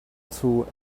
through